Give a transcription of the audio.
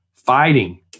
fighting